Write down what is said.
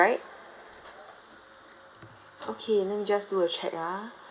okay let me just do a check ah